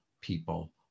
people